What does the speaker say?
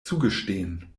zugestehen